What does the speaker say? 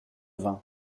vin